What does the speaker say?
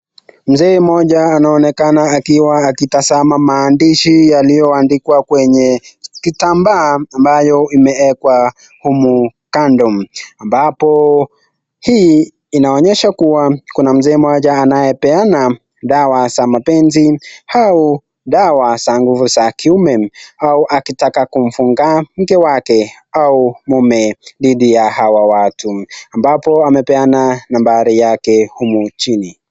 Mzee mmoja anaonekana akiwa akitaza maandishi yalioyo andikwa kwenye kitambaa ambayo imewekwa humu kando. Ambapo hii inaonyesha kuwa kuna mzee mmoja anaepeana dawa za mapenzi au dawa za nguvu za kiume au akitaka kumfunga mke wake au mume dhidi ya awa watu. Ambapo amepeana nambari yake huku chini.